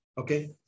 Okay